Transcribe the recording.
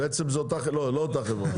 בעצם זה אותה חברה, לא לא אותה חברה.